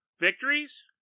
Victories